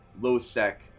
low-sec